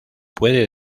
puede